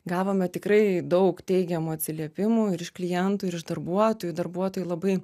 gavome tikrai daug teigiamų atsiliepimų ir iš klientų ir iš darbuotojų darbuotojai labai